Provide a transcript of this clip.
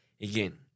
again